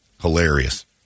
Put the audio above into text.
Hilarious